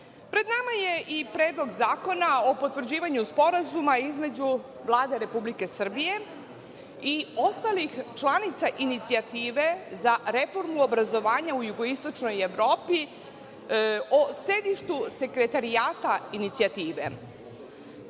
nama je i Predlog zakona o potvrđivanju Sporazuma između Vlade Republike Srbije i ostalih članica Inicijative za reformu obrazovanja u jugoistočnoj Evropi o sedištu Sekretarijata inicijative. Ova